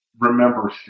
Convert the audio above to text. Remember